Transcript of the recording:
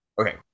okay